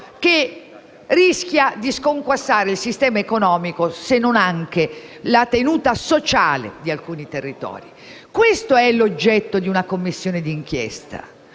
che rischia di sconquassare il sistema economico, se non anche la tenuta sociale di alcuni territori. L'oggetto della Commissione d'inchiesta